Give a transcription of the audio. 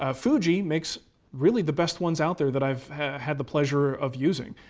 ah fuji makes really the best ones out there that i've had the pleasure of using.